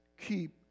Keep